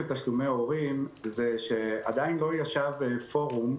תשלומי הורים היא שעדיין לא ישב פורום